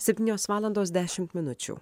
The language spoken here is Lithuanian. septynios valandos dešimt minučių